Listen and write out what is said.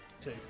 two